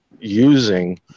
using